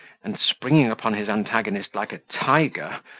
and, springing upon his antagonist like a tiger,